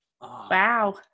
Wow